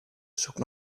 zoekt